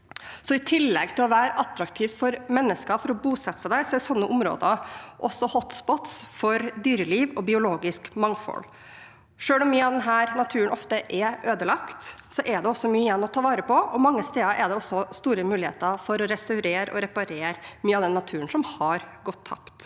I tillegg til å være attraktive steder for mennesker å bosette seg er sånne områder også «hotspots» for dyreliv og biologisk mangfold. Selv om mye av denne naturen ofte er ødelagt, er det også mye igjen å ta vare på, og mange steder er det også store muligheter for å restaurere og reparere mye av den naturen som har gått tapt.